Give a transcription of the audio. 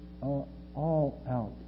all-out